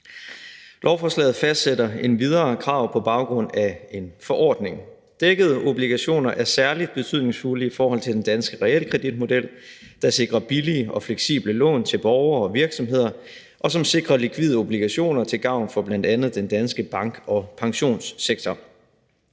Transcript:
Lovforslaget fastsætter endvidere krav på baggrund af en forordning. Dækkede obligationer er særlig betydningsfulde i forhold til den danske realkreditmodel, der sikrer billige og fleksible lån til borgere og virksomheder, og som sikrer likvide obligationer til gavn for bl.a. den danske bank- og pensionssektor.